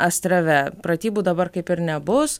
astrave pratybų dabar kaip ir nebus